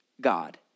God